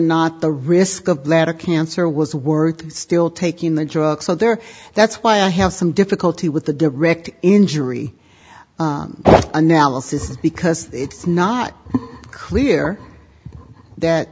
not the risk of bladder cancer was worth still taking the drug so there that's why i have some difficulty with the direct injury analysis because it's not clear that